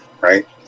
right